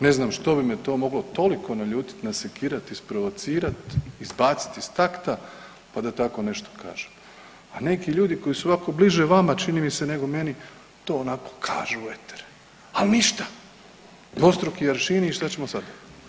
Ne znam što bi me to moglo toliko naljutit, nasekirat, isprovocirat i izbacit iz takta pa da tako nešto kažem, a neki ljudi koji su ovako bliže vama čini mi se nego meni to onako kažu u eter, al ništa, dvostruki aršini i šta ćemo sad?